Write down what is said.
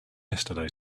yesterday